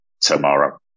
tomorrow